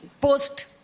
post